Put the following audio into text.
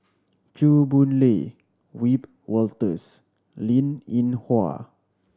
Chew Boon Lay Wiebe Wolters Linn In Hua